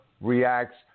reacts